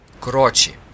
Croci